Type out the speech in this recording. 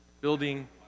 Building